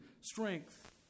strength